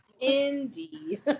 Indeed